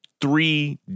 three